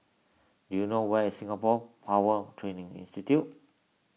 do you know where is Singapore Power Training Institute